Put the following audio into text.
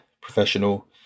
professional